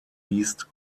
east